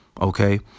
Okay